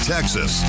Texas